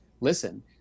listen